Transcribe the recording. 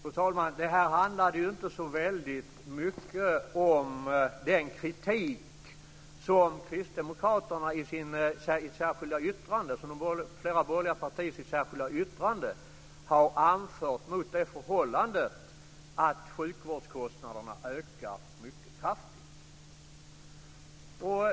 Fru talman! Det handlade inte så väldigt mycket om den kritik som flera borgerliga partier i sitt särskilda yttrande har anfört mot det förhållande att sjukvårdskostnaderna ökar mycket kraftigt.